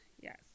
Yes